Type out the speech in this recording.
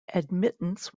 admittance